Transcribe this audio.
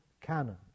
canon